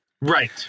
right